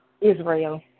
Israel